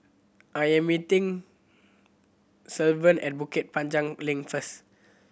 I am meeting Sylvan at Bukit Panjang Link first